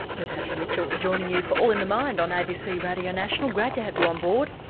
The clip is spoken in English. natasha mitchell joining you for all in the mind on abc radio national, great to have you on board.